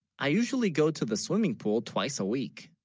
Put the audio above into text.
i usually, go to the swimming pool twice a week?